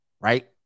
right